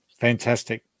fantastic